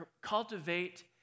cultivate